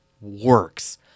works